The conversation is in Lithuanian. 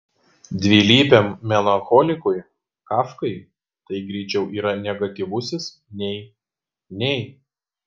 dvilypiam melancholikui kafkai tai greičiau yra negatyvusis nei nei